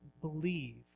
believe